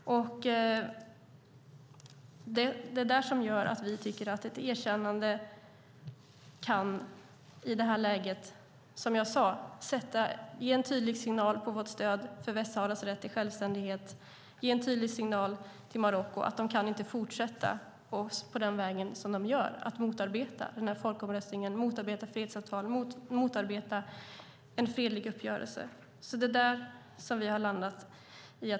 Det är det som gör att vi tycker att ett erkännande i det här läget kan, som jag sade, ge en tydlig signal om vårt stöd för Västsaharas rätt till självständighet, ge en tydlig signal till Marocko om att de inte kan fortsätta på den väg de valt, att motarbeta folkomröstningen, att motarbeta fredsavtal och motarbeta en fredlig uppgörelse. Det är där vi har landat.